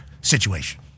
situation